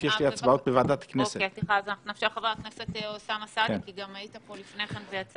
חבר הכנסת אוסאמה סעדי, בבקשה.